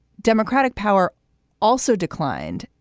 democratic power also declined.